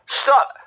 Stop